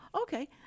Okay